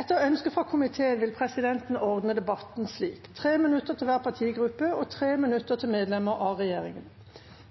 Etter ønske fra familie- og kulturkomiteen vil presidenten ordne debatten slik: 3 minutter til hver partigruppe og 3 minutter til medlemmer av regjeringen.